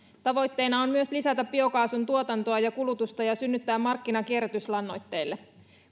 tavoitteena on myös lisätä biokaasun tuotantoa ja kulutusta ja synnyttää markkinat kierrätyslannoitteille